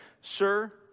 Sir